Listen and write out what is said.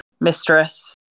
mistress